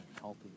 healthy